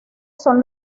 son